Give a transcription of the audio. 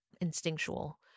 instinctual